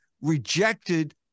rejected